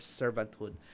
servanthood